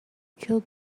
killed